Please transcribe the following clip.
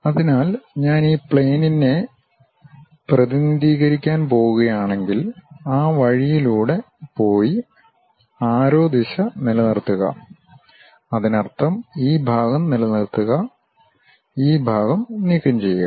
അതിനാൽ ഞാൻ ഈ പ്ലെയിനിനെ പ്രതിനിധീകരിക്കാൻ പോകുകയാണെങ്കിൽ ആ വഴിയിലൂടെ പോയി ആരോ ദിശ നിലനിർത്തുക അതിനർത്ഥം ഈ ഭാഗം നിലനിർത്തുക ഈ ഭാഗം നീക്കംചെയ്യുക